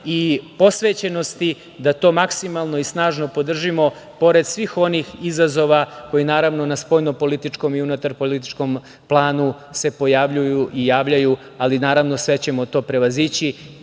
i posvećenosti da to maksimalno i snažno podržimo pored svih onih izazova koje na spoljnopolitičkom i unutarpolitičkom planu se pojavljuju i javljaju, ali sve ćemo to prevazići